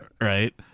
Right